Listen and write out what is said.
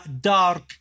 dark